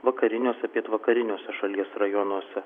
vakariniuose pietvakariniuose šalies rajonuose